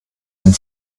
dem